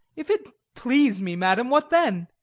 if it please me, madam, what then?